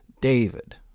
David